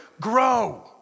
grow